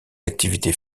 activités